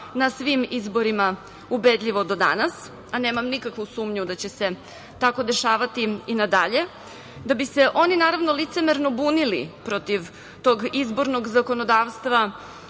na svim izborima ubedljivo do danas. Nemam nikakvu sumnju da će se tako dešavati i nadalje, da bi se oni naravno licemerno bunili protiv tog izbornog zakonodavstva